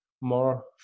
more